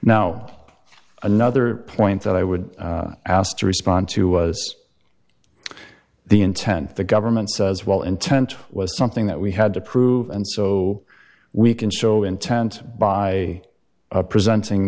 now another point that i would ask to respond to was the intent the government says well intent was something that we had to prove and so we can show intent by presenting